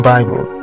Bible